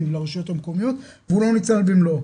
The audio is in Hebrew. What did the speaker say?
לרשויות המקומיות והוא לא נוצל במלואו.